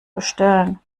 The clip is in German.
bestellen